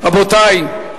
רבותי,